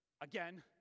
again